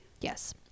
Yes